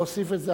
להוסיף את זה?